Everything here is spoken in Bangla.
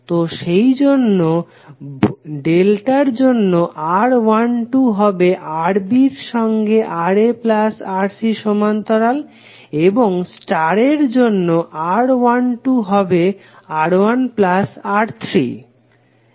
তো সেইজন্য ডেল্টার জন্য R12 হবে Rb এর সঙ্গে RaRc সমান্তরাল এবং স্টারের জন্য R12 হবে R1R3